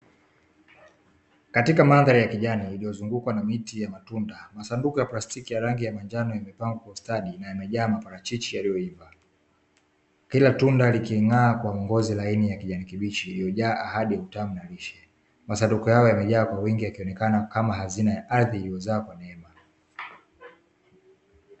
Katika mandhari ya kijani iliyozungukwa na miti ya matunda, masanduku ya plastiki ya rangi ya manjano yamepangwa kwa ustadi na yamejaa maparachichi yaliyoiva. Kila tunda liking'aa kwa ngozi laini ya kijani kibichi iliyojaa ahadi ya utamu na lishe. Masanduku hayo yamejaa kwa wingi yakionekana kama hazina ya ardhi iliyozaa kwa neema.